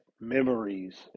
memories